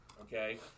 Okay